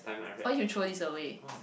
why you throw this away